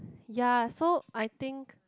ya so I think